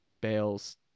bale's